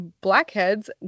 blackheads